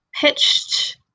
pitched